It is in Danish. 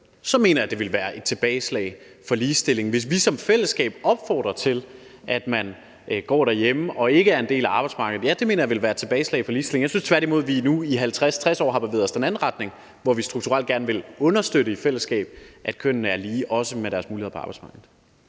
mener jeg, det ville være et tilbageslag for ligestillingen. Hvis vi som fællesskab opfordrer til, at man går derhjemme og ikke er en del af arbejdsmarkedet, ja, så mener jeg, det ville være et tilbageslag for ligestillingen. Jeg synes tværtimod, at vi nu i 50-60 år har bevæget os i den anden retning, hvor vi strukturelt gerne i fællesskab vil understøtte, at kønnene er lige, også med hensyn til deres muligheder på arbejdsmarkedet.